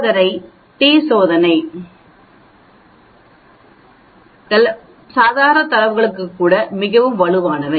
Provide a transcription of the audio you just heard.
சோதனை டி சோதனைகள் சாதாரண தரவுகளுக்கு கூட மிகவும் வலுவானவை